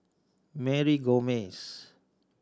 Mary Gomes